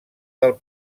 del